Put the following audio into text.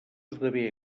esdevé